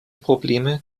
probleme